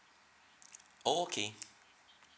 oh okay